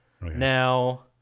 Now